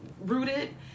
rooted